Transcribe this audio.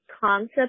concept